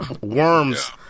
worms